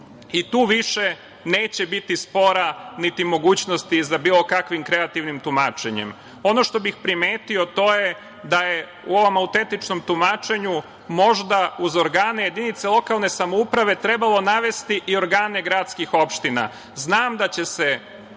i tu više neće biti spora, niti mogućnosti za bilo kakvim kreativnim tumačenjem. Ono što bih primetio, a to je da je u ovom autentičnom tumačenju možda, uz organe jedinice lokalne samouprave, trebalo navesti i organe gradskih opština. Znam da će se